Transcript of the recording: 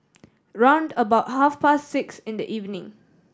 round about half past six in the evening